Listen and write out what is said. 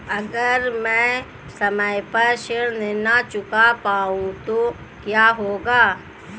अगर म ैं समय पर ऋण न चुका पाउँ तो क्या होगा?